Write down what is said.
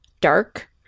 dark